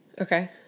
Okay